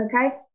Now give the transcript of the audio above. okay